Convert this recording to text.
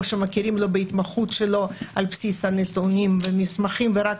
או שמכירים לו בהתמחות שלו על בסיס הנתונים ומסמכים ורק